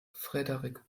frederik